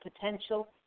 potential